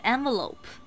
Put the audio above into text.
Envelope